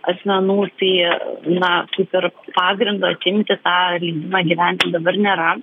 asmenų tai na kaip ir pagrindo atimti tą leidimą gyventi dabar nėra